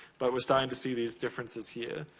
but, we're starting to see these differences here.